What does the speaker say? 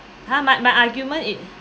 !huh! my my argument it